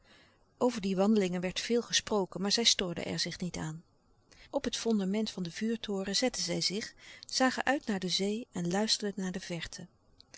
over die wandelingen werd veel gesproken maar zij stoorden er zich niet aan op het fondament van den vuurtoren zetten zij zich zagen uit naar de zee en luisterden naar de verte